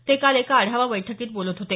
ते काल एका आढावा बैठकीत बोलत होते